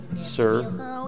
sir